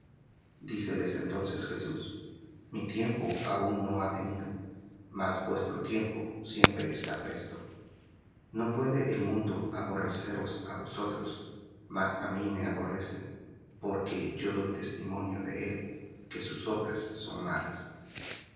díceles entonces jesús mi tiempo aun no ha venido mas vuestro tiempo siempre está presto no puede el mundo aborreceros á vosotros mas á mí me aborrece porque yo doy testimonio de él que sus obras son malas